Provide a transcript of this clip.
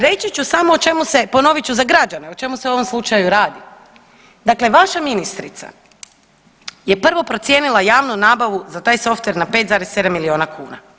Reći ću samo o čemu se, ponovit ću za građane o čemu se u ovom slučaju radi, dakle vaša ministrica je prvo procijenila javnu nabavu za taj software na 5,7 milijuna kuna.